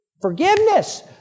Forgiveness